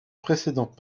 précédent